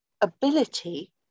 ability